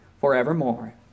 forevermore